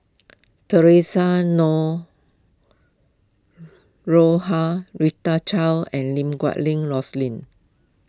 theresa Noronha Rita Chao and Lim Guat Rosling